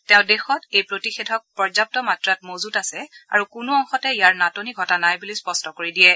তেওঁ দেশত এই প্ৰতিষেধক পৰ্যপ্ত মাত্ৰাত মজুত আছে আৰু কোনো অংশতে ইয়াৰ নাটনি ঘটা নাই বুলি স্পষ্ট কৰি দিয়ে